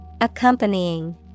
Accompanying